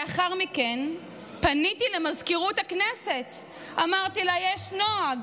לאחר מכן פניתי למזכירות הכנסת ואמרתי לה: יש נוהג,